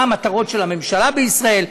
מה המטרות של הממשלה בישראל.